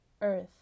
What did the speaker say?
earth